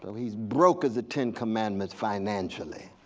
he's broke as the ten commandments financially.